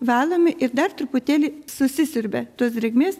valomi ir dar truputėlį susisiurbia tos drėgmės